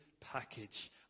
package